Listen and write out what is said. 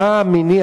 מה המניע?